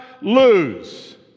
lose